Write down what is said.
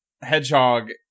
Hedgehog